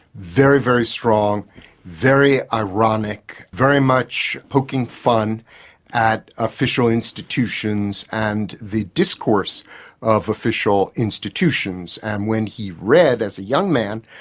very very strong very ironic, very much poking fun at official institutions and the discourse of official institutions and when he read as a young man,